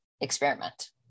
experiment